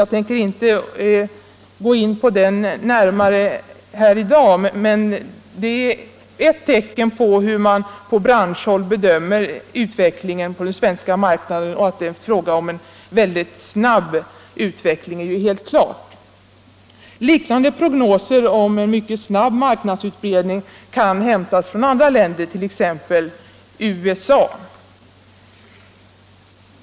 Jag tänker inte gå in på den närmare här i dag, men den är ett tecken på hur man på branschhåll bedömer utvecklingen på den svenska marknaden. Att det är fråga om en mycket snabb utveckling är ju helt klart. Liknande prognoser om en snabb marknadsutbredning kan hämtas från andra länder, t.ex. USA.